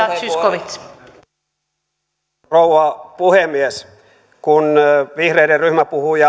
arvoisa rouva puhemies kun vihreiden ryhmäpuhujan